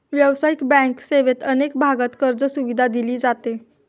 व्यावसायिक बँक सेवेत अनेक भागांत कर्जसुविधा दिली जाते